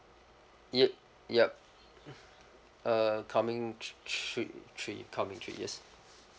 y~ yup uh coming tr~ three three coming three years